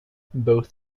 both